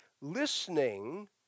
listening